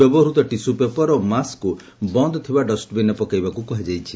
ବ୍ୟବହୃତ tissue paper ଓ ମାସ୍କକୁ ବନ୍ଦ୍ ଥିବା ଡଷ୍ଟବିନ୍ରେ ପକାଇବାକୁ କୁହାଯାଇଛି